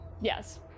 Yes